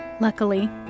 Luckily